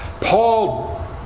Paul